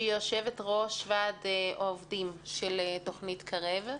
שהיא יושבת-ראש ועד העובדים של תוכנית קרב.